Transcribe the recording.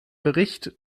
bericht